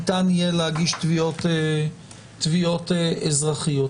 ניתן יהיה להגיש תביעות אזרחיות.